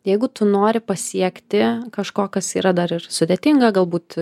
jeigu tu nori pasiekti kažko kas yra dar ir sudėtinga galbūt